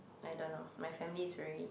I don't know my family is very